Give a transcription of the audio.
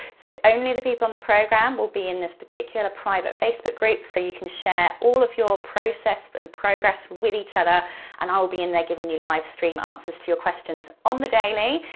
so only the people in the program will be in this particular private facebook group so you can share all of your process and progress with each other and i will be in there giving you livestream answers to your questions on the daily,